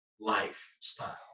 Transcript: lifestyle